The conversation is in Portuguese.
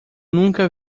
nunca